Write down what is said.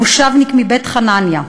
מושבניק מבית-חנניה.